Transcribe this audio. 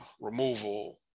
removal